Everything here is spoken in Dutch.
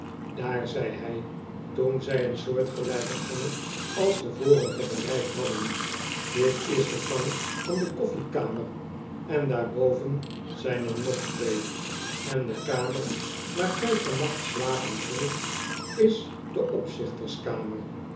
daar zei hij toen zij een soortgelijke gang als de vorige bereikt hadden dit is de gang van de koffiekamer en daarboven zijn er nog twee en de kamer waar gij vannacht slapen zult is de